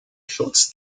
schutz